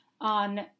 on